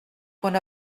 quan